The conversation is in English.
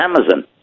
Amazon